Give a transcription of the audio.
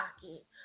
pocket